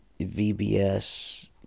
VBS